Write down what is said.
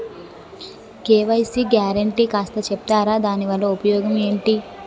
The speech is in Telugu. కే.వై.సీ గ్యారంటీ కాస్త చెప్తారాదాని వల్ల ఉపయోగం ఎంటి?